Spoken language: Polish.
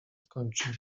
skończył